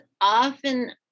often